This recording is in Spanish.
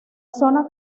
zona